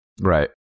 Right